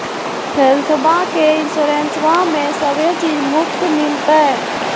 हेल्थबा के इंसोरेंसबा में सभे चीज मुफ्त मिलते?